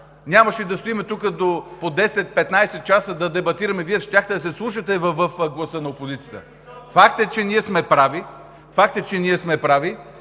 нямаше да стоим тук по 10 – 15 чáса да дебатираме. Вие щяхте да се вслушате в гласа на опозицията. Фактът е, че ние сме прави.